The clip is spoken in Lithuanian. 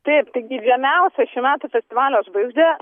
taip tai geidžiamiausia šių metų festivalio žvaigždė